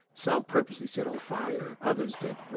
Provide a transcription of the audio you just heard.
some purposely set on fire. others that,